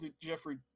Jeffrey